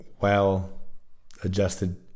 well-adjusted